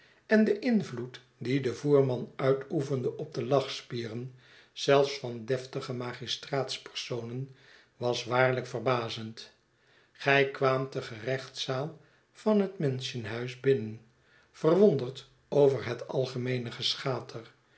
en de invloed dien de voerman uitoefende op de lachspieren zelfs van deftige magistraatspersonen was waarlijk verbazend gij kwaamt de gerechtszaal van het mansion-house binnen verwonderd over het algemeene geschater